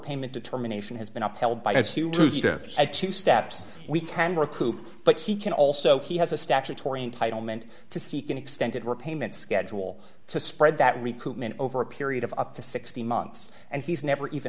overpayment determination has been upheld by two steps we can recoup but he can also he has a statutory entitlement to seek an extended repayment schedule to spread that recruitment over a period of up to sixteen months and he's never even